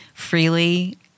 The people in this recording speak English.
freely